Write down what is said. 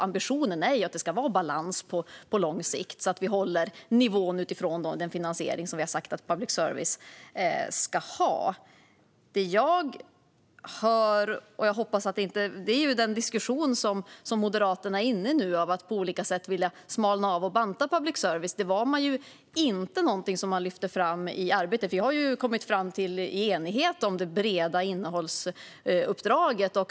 Ambitionen är att det ska vara balans på lång sikt så att vi håller nivån utifrån den finansiering som vi har sagt att public service ska ha. Jag hör att Moderaterna nu är inne i en diskussion om att på olika sätt banta public service. Detta var inte något man lyfte fram under arbetet. Vi har i enighet kommit fram till det breda innehållsuppdraget.